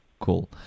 cool